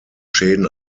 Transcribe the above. schäden